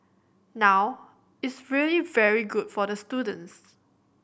now it's really very good for the students